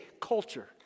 culture